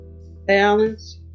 balance